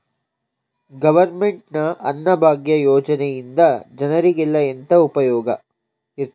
Government ನ ಅನ್ನಭಾಗ್ಯ ಯೋಜನೆಯಿಂದ ಜನರಿಗೆಲ್ಲ ಎಂತ ಉಪಯೋಗ ಇರ್ತದೆ?